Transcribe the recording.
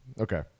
okay